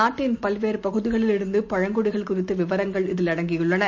நாட்டின் பல்வேறுபகுதிகளிலிருந்துபழங்குடிகள் குறித்தவிவரங்கள் இதில் அடங்கியுள்ளன